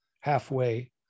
halfway